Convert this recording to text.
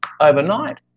overnight